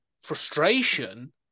frustration